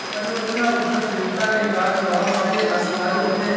परियोजना उद्यमशीलता के कार्य स्वभाव से अस्थायी होते हैं